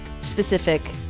specific